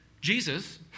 Jesus